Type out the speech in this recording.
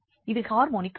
இது ஹார்மோனிக் ஆகும்